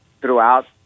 throughout